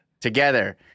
together